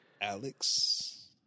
Alex